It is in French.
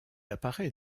apparait